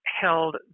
held